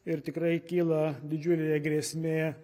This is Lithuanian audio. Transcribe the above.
ir tikrai kyla didžiulė grėsmė